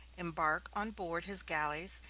embark on board his galleys,